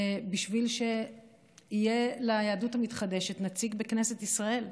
בשביל שיהיה ליהדות המתחדשת נציג בכנסת ישראל.